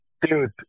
Dude